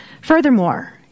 Furthermore